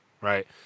Right